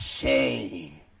say